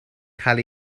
cael